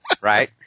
Right